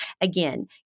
Again